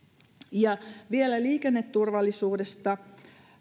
ja vielä liikenneturvallisuudesta